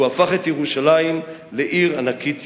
והוא הפך את ירושלים לעיר ענקית יהודית.